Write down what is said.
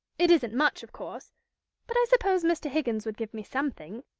it isn't much, of course but i suppose mr. higgins would give me something.